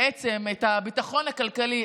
בעצם את הביטחון הכלכלי,